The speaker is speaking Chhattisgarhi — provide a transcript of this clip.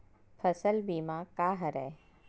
फसल बीमा का हरय?